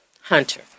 hunter